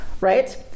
right